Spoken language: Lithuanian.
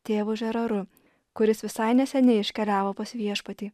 tėvu žeraru kuris visai neseniai iškeliavo pas viešpatį